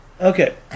okay